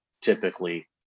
typically